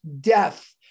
death